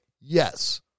Yes